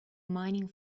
mining